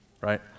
Right